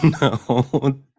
No